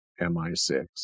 MI6